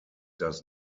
does